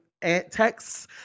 texts